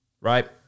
right